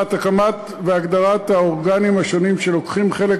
1. הקמת והגדרת האורגנים השונים שלוקחים חלק